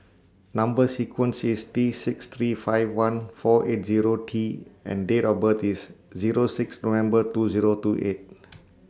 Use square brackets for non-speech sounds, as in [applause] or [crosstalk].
[noise] Number sequence IS T six three five one four eight Zero T and Date of birth IS Zero six November two Zero two eight [noise]